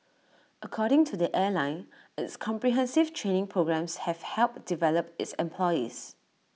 according to the airline its comprehensive training programmes have helped develop its employees